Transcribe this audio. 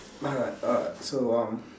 but uh so um